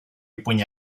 ipuin